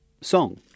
song